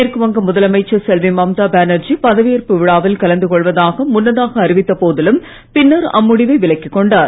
மேற்கு வங்க முதலமைச்சர் செல்வி மம்தா பானர்ஜி பதவி ஏற்பு விழாவில் கலந்து கொள்வதாக முன்னதாக அறிவித்த போதிலும் பின்னர் அம்முடிவை விலக்கிக் கொண்டார்